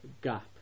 gap